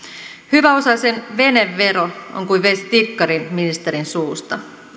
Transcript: on kuin veisi tikkarin ministerin suusta